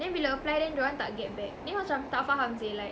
then bila apply then dia orang tak get back then macam tak faham seh like